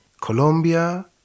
Colombia